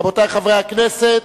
רבותי חברי הכנסת,